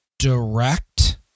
direct